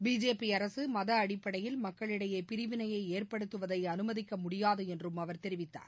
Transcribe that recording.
BJP அரசு மத அடிப்படையில் பமக்களிடையே பிரிவினையை ஏற்படுத்துவதை அனுமதிக்க முடியாது என்றும் அவர் தெரிவித்தார்